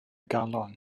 galon